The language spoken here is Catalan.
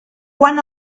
quan